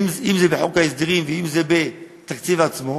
אם בחוק ההסדרים ואם בחוק עצמו,